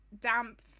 damp